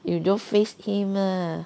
you don't face him ah